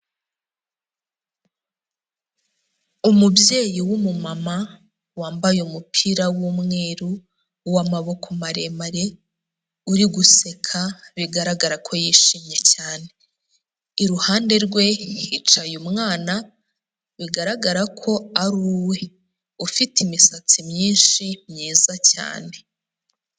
Umubyeyi w'umumama wambaye umupira w'umweru w'amaboko maremare uri guseka bigaragara ko yishimye cyane, iruhande rwe hicaye umwana bigaragara ko ari uwe, ufite imisatsi myinshi myiza cyane.